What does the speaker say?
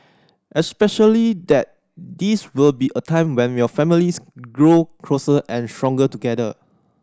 especially that this will be a time when your families grow closer and stronger together